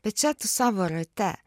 bet čia tu savo rate